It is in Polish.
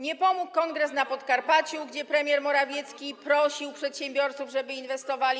Nie pomógł kongres na Podkarpaciu, gdzie premier Morawiecki prosił przedsiębiorców, żeby inwestowali.